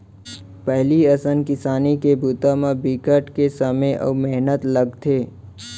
पहिली असन किसानी बूता म बिकट के समे अउ मेहनत लगथे